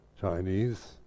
Chinese